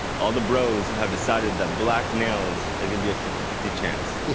all the bros have decided that black nails, there's gonna be a fifty fifty chance,